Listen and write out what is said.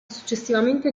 successivamente